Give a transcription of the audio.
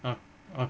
ah ah